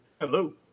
Hello